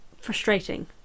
frustrating